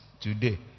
today